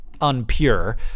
unpure